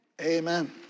Amen